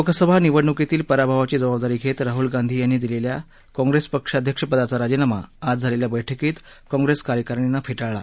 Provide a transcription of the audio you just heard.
लोकसभा निवडणुकीतील पराभवाची जबाबदारी घेत राहूल गांधी यांनी दिलेल्या काँग्रेस पक्षाध्यक्ष पदाचा राजीनामा आज झालेल्या बैठकीत काँग्रेस कार्यकारिणीनं फेटाळला